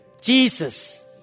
Jesus